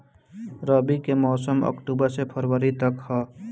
रबी के मौसम अक्टूबर से फ़रवरी तक ह